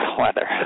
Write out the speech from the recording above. weather